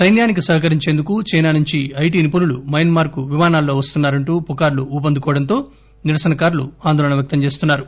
సైన్యానికి సహకరించేందుకు చైనా నుంచి ఐటీ నిపుణులు మయన్మార్ కు విమానాల్లో వస్తున్నారంటూ పుకార్లు ఉపందుకోవడంతో నిరసనకారులు ఆందోళన వ్యక్తం చేస్తున్నారు